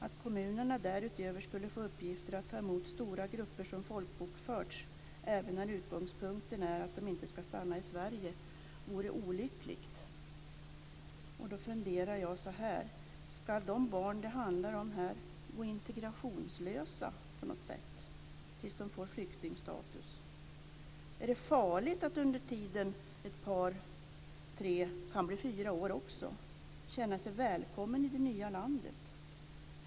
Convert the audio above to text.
Att kommunerna därutöver skulle få uppgifter att ta emot stora grupper som folkbokförts även när utgångspunkten är att de inte ska stanna i Sverige vore olyckligt." Då funderar jag: Ska de barn det handlar om här gå "integrationslösa" tills de får flyktingstatus? Är det farligt att under tiden - ett par, tre eller fyra år - känna sig välkommen i det nya landet?